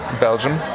Belgium